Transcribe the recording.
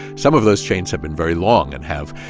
some of those chains have been very long and have